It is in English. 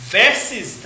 verses